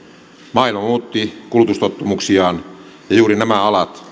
maailma muutti kulutustottumuksiaan ja juuri nämä alat